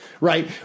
right